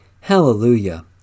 Hallelujah